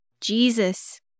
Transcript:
Jesus